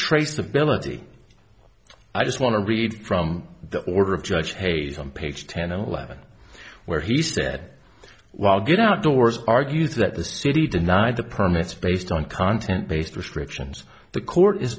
traceability i just want to read from the order of judge hayes on page ten eleven where he said well get outdoors argue that the city denied the permits based on content based restrictions the court is